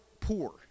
poor